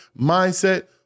mindset